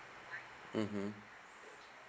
mmhmm